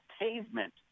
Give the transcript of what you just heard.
pavement